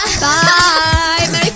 bye